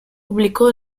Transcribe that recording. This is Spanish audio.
publicó